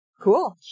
Cool